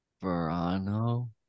Verano